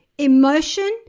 Emotion